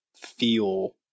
feel